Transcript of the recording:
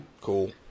Cool